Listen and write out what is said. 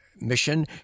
mission